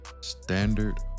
standard